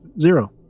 zero